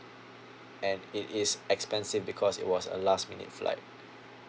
and it is expensive because it was a last minute flight